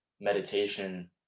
meditation